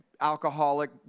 alcoholic